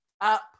up